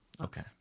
Okay